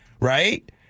right